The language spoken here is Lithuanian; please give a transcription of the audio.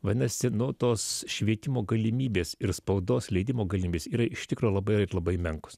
vadinasi nu tos švietimo galimybės ir spaudos leidimo galimybės yra iš tikro labai labai menkos